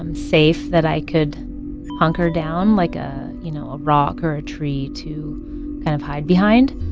um safe that i could hunker down, like a, you know, a rock or a tree to kind of hide behind.